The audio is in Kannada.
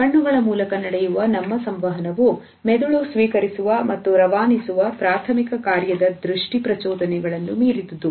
ಕಣ್ಣುಗಳ ಮೂಲಕ ನಡೆಯುವ ನಮ್ಮ ಸಂವಹನವು ಮೆದುಳು ಸ್ವೀಕರಿಸುವ ಮತ್ತು ರವಾನಿಸುವ ಪ್ರಾಥಮಿಕ ಕಾರ್ಯದ ದೃಷ್ಟಿ ಪ್ರಚೋದನೆಗಳನ್ನು ಮೀರಿದದ್ದು